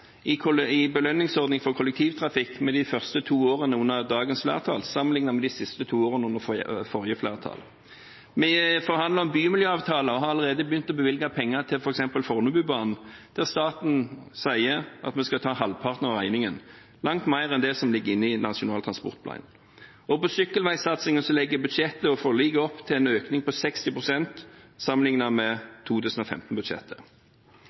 i belønningsordningen for kollektivtrafikk med de første to årene under dagens flertall, sammenliknet med de siste to årene under forrige flertall. Vi forhandler om bymiljøavtaler og har allerede begynt å bevilge penger til f.eks. Fornebubanen, der staten sier at vi skal ta halvparten av regningen, langt mer enn det som ligger inne i Nasjonal transportplan. På sykkelveisatsingen legger budsjettet og forliket opp til en økning på 60 pst. sammenliknet med